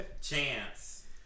Chance